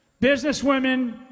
businesswomen